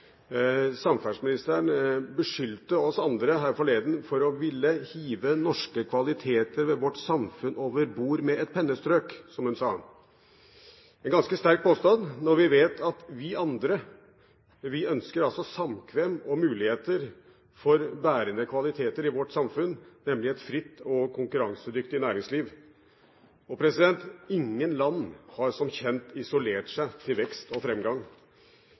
Samferdselsministeren beskyldte oss andre her forleden for å ville hive norske kvaliteter ved vårt samfunn over bord med et pennestrøk, som hun sa. Det er en ganske sterk påstand når vi vet at vi andre ønsker samkvem og muligheter for bærende kvaliteter i vårt samfunn, nemlig et fritt og konkurransedyktig næringsliv. Ingen land har som kjent isolert seg til vekst og